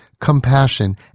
compassion